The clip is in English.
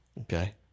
Okay